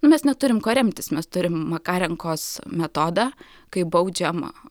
mes neturim kuo remtis mes turim makarenkos metodą kai baudžiama